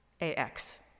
A-X